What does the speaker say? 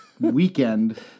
weekend